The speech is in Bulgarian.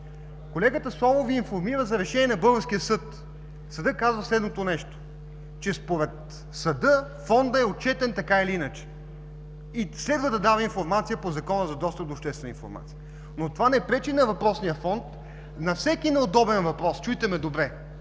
Колегата Славов Ви информира за решение на българския съд. Съдът казва следното: според съда, Фондът е отчетен, така или иначе, и следва да дава информация по Закона за достъп до обществена информация. Това не пречи обаче на въпросния Фонд на всеки неудобен въпрос – чуйте ме добре,